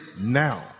now